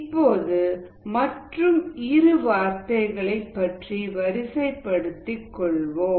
இப்போது மற்றும் இரு வார்த்தைகளைப் பற்றி வரிசைப்படுத்திக் கொள்வோம்